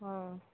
ହଁ